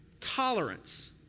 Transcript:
tolerance